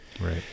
right